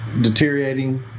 deteriorating